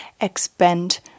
expand